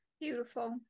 Beautiful